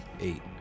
Eight